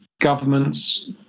governments